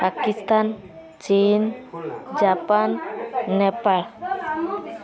ପାକିସ୍ତାନ ଚୀନ ଜାପାନ ନେପାଳ